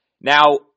Now